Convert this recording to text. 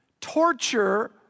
torture